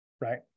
right